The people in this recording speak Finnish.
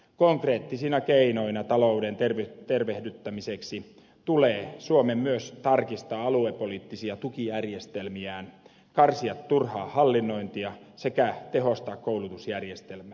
konkreettisina keinoina talouden tervehdyttämiseksi tulee suomen myös tarkistaa aluepoliittisia tukijärjestelmiään karsia turhaa hallinnointia sekä tehostaa koulutusjärjestelmää